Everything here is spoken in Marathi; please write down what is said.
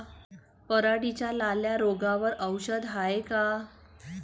पराटीच्या लाल्या रोगावर औषध हाये का?